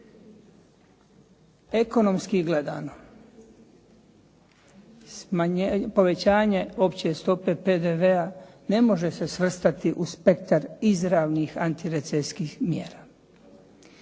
Ekonomski gledano povećanje opće stope PDV-a ne može se svrstati u spektar izravnih antirecesijskih mjera